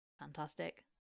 fantastic